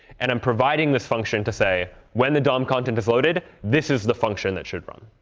and i'm providing this function to say, when the dom content is loaded, this is the function that should run.